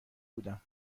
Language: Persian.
بودم